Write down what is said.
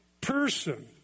person